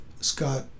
Scott